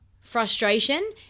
frustration